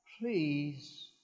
please